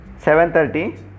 7.30